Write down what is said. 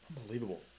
Unbelievable